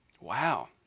wow